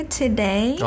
today